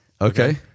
okay